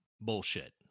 Bullshit